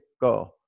Go